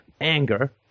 anger